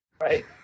Right